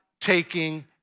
taking